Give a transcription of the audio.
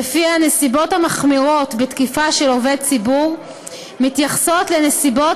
שלפיה הנסיבות המחמירות בתקיפה של עובד ציבור מתייחסות לנסיבות